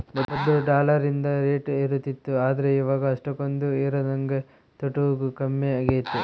ಮೊದ್ಲು ಡಾಲರಿಂದು ರೇಟ್ ಏರುತಿತ್ತು ಆದ್ರ ಇವಾಗ ಅಷ್ಟಕೊಂದು ಏರದಂಗ ತೊಟೂಗ್ ಕಮ್ಮೆಗೆತೆ